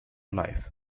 life